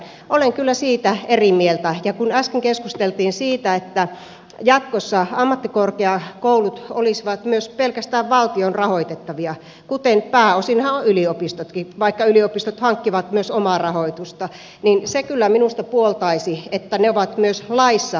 olen kyllä siitä eri mieltä ja kun äsken keskusteltiin siitä että jatkossa ammattikorkeakoulut olisivat myös pelkästään valtion rahoitettavia kuten pääosinhan ovat yliopistotkin vaikka yliopistot hankkivat myös omaa rahoitusta niin se kyllä minusta puoltaisi että ne ovat myös laissa kirjoitettuina